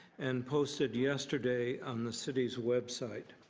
and posted yesterday on the city's website.